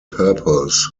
purpose